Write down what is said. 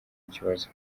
kibazo